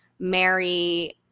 mary